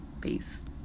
peace